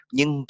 Nhưng